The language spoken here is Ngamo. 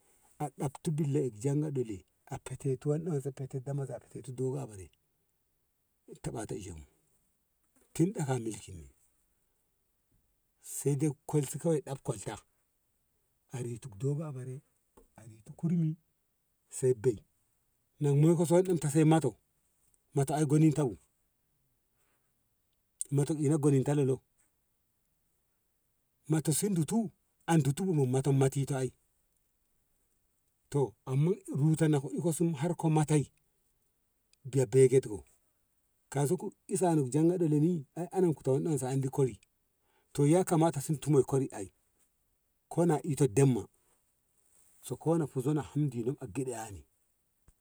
a dibta billa janga dole a fete billa wenne wen se a fateti damazai a fetete dogo abare taba ti isshe bu tin a ka mulkin ni se dai kol si kawai deb kwalta a ritu dogo abare a ritu kurmi se be na moikose wen te se moto mato ai gunin ta bu moto ina goninta lolo mato si ditu si ditu bu mato maton duta ai to amma ruta koika sun harko matei biya beget ko kaso ku isa no janga dole ni ana ku an wante anan kori ya kamata sun tuma kori ai ko na ita dam ma ko na fuzo ham dino a geɗa eh ni.